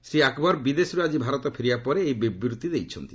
ଶ୍ରୀ ଆକବର ବିଦେଶରୁ ଆଜି ଭାରତ ଫେରିବା ପରେ ଏହି ବିବୃତ୍ତି ଦେଇଛନ୍ତି